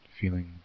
feeling